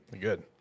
Good